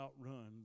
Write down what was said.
outrun